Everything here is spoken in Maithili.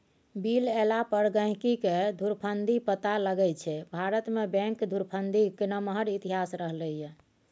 बिल एला पर गहिंकीकेँ धुरफंदी पता लगै छै भारतमे बैंक धुरफंदीक नमहर इतिहास रहलै यै